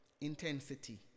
intensity